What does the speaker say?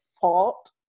fault